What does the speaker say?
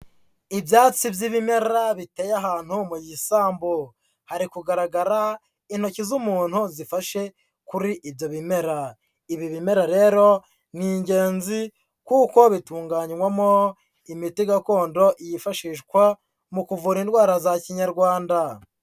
Ibyatsi by'ibimera biteye ahantu mu gisambu, hari kugaragara intoki z'umuntu zifashe kuri ibyo bimera, ibi bimera rero ni ingenzi kuko bitunganywamo imiti gakondo yifashishwa mu kuvura indwara za Kinyarwanda.